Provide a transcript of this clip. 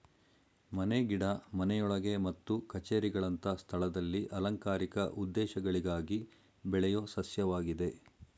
ಮನೆ ಗಿಡ ಮನೆಯೊಳಗೆ ಮತ್ತು ಕಛೇರಿಗಳಂತ ಸ್ಥಳದಲ್ಲಿ ಅಲಂಕಾರಿಕ ಉದ್ದೇಶಗಳಿಗಾಗಿ ಬೆಳೆಯೋ ಸಸ್ಯವಾಗಿದೆ